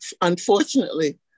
unfortunately